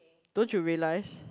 don't you realise